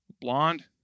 Blonde